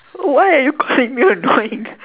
why are you calling me annoying